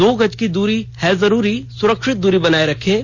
दो गज की दूरी है जरूरी सुरक्षित दूरी बनाए रखें